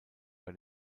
bei